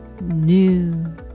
new